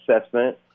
assessment